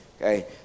Okay